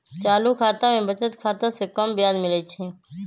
चालू खता में बचत खता से कम ब्याज मिलइ छइ